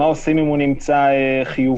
מה עושים אם הוא נמצא חיובי?